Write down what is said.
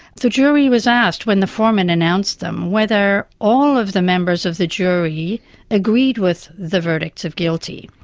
the jury was asked when the foreman announced them whether all of the members of the jury agreed with the verdicts of guilty,